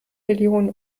millionen